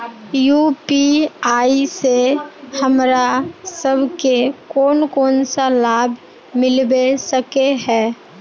UPI से हमरा सब के कोन कोन सा लाभ मिलबे सके है?